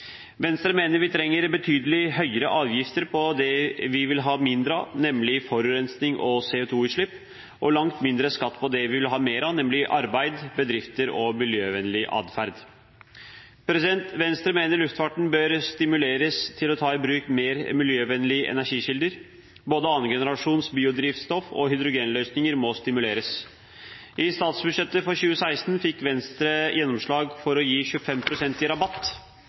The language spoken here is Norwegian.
Venstre mener vi trenger betydelig høyere avgifter på det vi vil ha mindre av, nemlig forurensning og CO2-utslipp, og langt mindre skatt på det vi vil ha mer av, nemlig arbeid, bedrifter og miljøvennlig adferd. Venstre mener luftfarten bør stimuleres til å ta i bruk mer miljøvennlige energikilder. Både annengenerasjons biodrivstoff og hydrogenløsninger må stimuleres. I statsbudsjettet for 2016 fikk Venstre gjennomslag for å gi 25 pst. i rabatt